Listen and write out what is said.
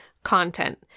content